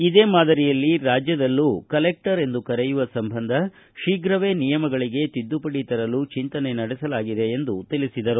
ಇದೇ ಮಾದರಿಯಲ್ಲಿ ರಾಜ್ಯದಲ್ಲೂ ಕಲೆಕ್ಷರ್ ಎಂದು ಕರೆಯುವ ಸಂಬಂಧ ಶೀಘ್ರವೇ ನಿಯಮಗಳಿಗೆ ತಿದ್ದುಪಡಿ ತರಲು ಚಿಂತನೆ ನಡೆಸಲಾಗಿದೆ ಎಂದು ತಿಳಿಸಿದರು